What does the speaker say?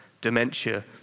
dementia